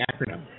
acronym